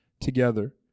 together